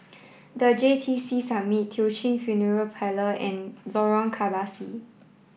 the J T C Summit Teochew Funeral Parlor and Lorong Kebasi